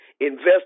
Invest